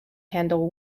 handle